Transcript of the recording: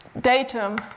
datum